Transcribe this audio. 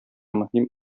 мөһим